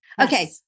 Okay